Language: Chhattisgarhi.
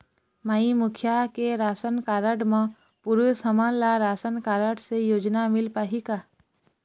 माई मुखिया के राशन कारड म पुरुष हमन ला राशन कारड से योजना मिल पाही का?